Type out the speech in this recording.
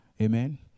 Amen